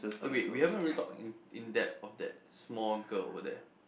wait we haven't really talked in in depth of that the small girl over there